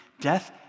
Death